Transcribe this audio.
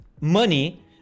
money